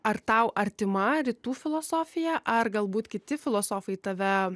ar tau artima rytų filosofija ar galbūt kiti filosofai tave